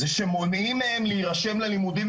זה שמונעים מהם להירשם ללימודים,